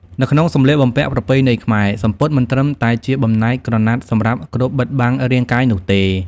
នៅក្នុងសម្លៀកបំពាក់ប្រពៃណីខ្មែរ សំពត់ មិនត្រឹមតែជាបំណែកក្រណាត់សម្រាប់គ្របបិទបាំងរាងកាយនោះទេ។